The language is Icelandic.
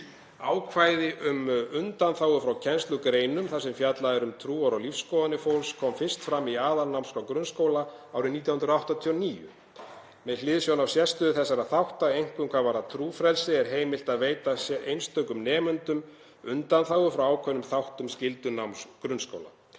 Ákvæði um undanþágu frá kennslugreinum þar sem fjallað er um trúar- og lífsskoðanir fólks kom fyrst fram í aðalnámskrá grunnskóla árið 1989: „Með hliðsjón af sérstöðu þessara þátta, einkum hvað varðar trúfrelsi, er heimilt að veita einstökum nemendum undanþágu frá ákveðnum þáttum skyldunáms grunnskóla.